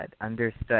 understood